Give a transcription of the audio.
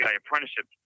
apprenticeship